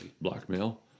Blackmail